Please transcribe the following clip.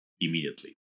immediately